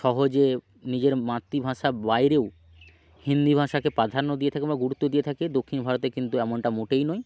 সহজে নিজের মাতৃভাষা বাইরেও হিন্দি ভাষাকে প্রাধান্য দিয়ে থাকে বা গুরুত্ব দিয়ে থাকে দক্ষিণ ভারতে কিন্তু এমনটা মোটেই নয়